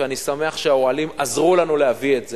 ואני שמח שהאוהלים עזרו לנו להביא את זה,